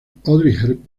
hepburn